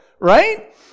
right